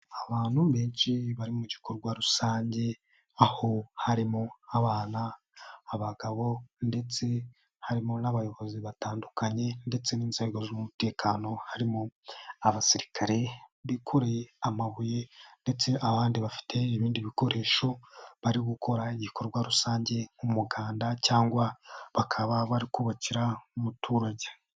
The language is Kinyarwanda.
Abantu benshi bari mu gikorwa rusange aho harimo abana, abagabo ndetse harimo n'abayobozi batandukanye ndetse n'inzego z'umutekano, harimo abasirikare bikoreye amabuye ndetse abandi bafite ibindi bikoresho bari gukora igikorwa rusange nk'umuganda cyangwa bakaba bari kubakira nk'umuturage.